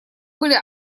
были